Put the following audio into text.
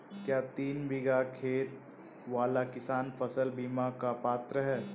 क्या तीन बीघा खेत वाला किसान फसल बीमा का पात्र हैं?